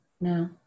No